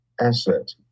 asset